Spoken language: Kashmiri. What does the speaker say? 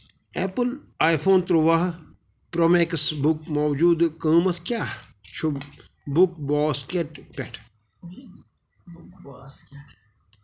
ایپل آی فون ترُواہ پرٛو میکٕس بُک موجوٗدٕ قۭمتھ کیٛاہ چھُ بُک باسکٮ۪ٹ پٮ۪ٹھٕ